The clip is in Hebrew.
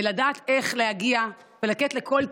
לדעת איך להגיע ולתת לכל תלמיד,